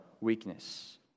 weakness